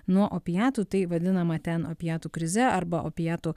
nuo opiatų tai vadinama ten opiatų krize arba opiatų